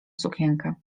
sukienkę